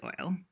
oil